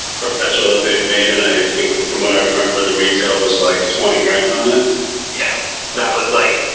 perpetual that they've made and i think from what i remember the retail was like twenty grand on it yeah that was like